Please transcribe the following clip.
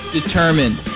determined